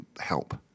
help